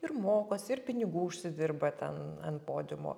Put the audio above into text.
ir mokosi ir pinigų užsidirba ten ant podiumo